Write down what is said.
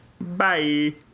Bye